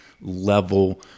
level